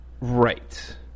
right